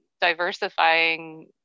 diversifying